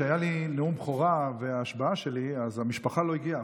כשהיה לי נאום בכורה והשבעה המשפחה לא הגיעה,